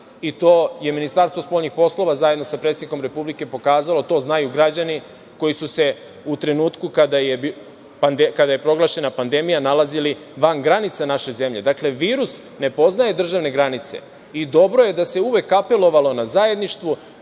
To je Ministarstvo spoljnih poslova, zajedno sa predsednikom Republike, pokazalo. To znaju građani koji su se u trenutku kada je proglašena pandemija nalazili van granica naše zemlje. Dakle, virus ne poznaje državne granice. I dobro je da se uvek apelovalo na zajedništvo,